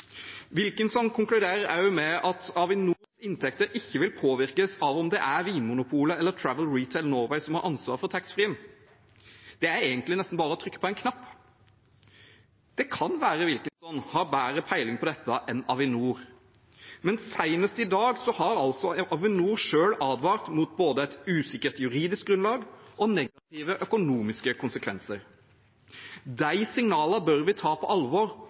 Wilkinson konkluderer med at Avinors inntekter ikke vil påvirkes av om Vinmonopolet eller Travel Retail Norway har ansvaret for taxfree – det er nesten bare å trykke på en knapp. Det kan være Wilkinson har bedre peiling på dette enn Avinor, men senest i dag har Avinor selv advart mot både et usikkert juridisk grunnlag og negative økonomiske konsekvenser. De signalene bør vi ta på alvor